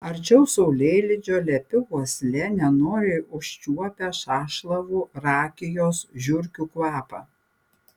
arčiau saulėlydžio lepi uoslė nenoriai užčiuopia sąšlavų rakijos žiurkių kvapą